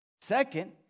Second